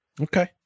Okay